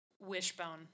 Wishbone